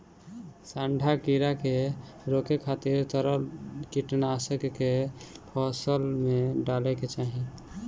सांढा कीड़ा के रोके खातिर तरल कीटनाशक के फसल में डाले के चाही